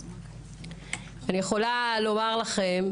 אני יכולה לומר לכם,